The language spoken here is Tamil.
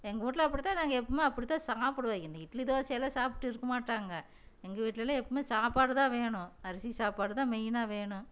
எங்கள் வீட்ல அப்படித்தான் நாங்கள் எப்போவுமே அப்படித்தான் சாப்பிடுவோம் இந்த இட்லி தோசை எல்லாம் சாப்பிட்டு இருக்க மாட்டாங்க எங்கள் வீட்லெலாம் எப்போவுமே சாப்பாடு தான் வேணும் அரிசி சாப்பாடு தான் மெயினாக வேணும்